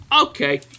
okay